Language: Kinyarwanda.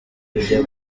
bigiye